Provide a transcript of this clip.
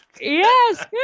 yes